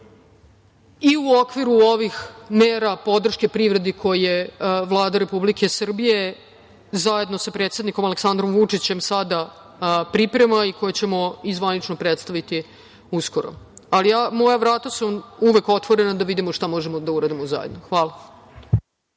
i u okviru ovih mera podrške privredi koje Vlada Republike Srbije zajedno sa predsednikom Aleksandrom Vučićem sada priprema i koje ćemo i zvanično predstaviti uskoro, ali moja vrata su vam uvek otvorena da vidimo šta možemo da uradimo zajedno. Hvala.